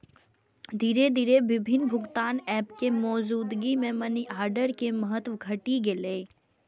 धीरे धीरे विभिन्न भुगतान एप के मौजूदगी मे मनीऑर्डर के महत्व घटि गेलै